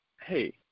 hey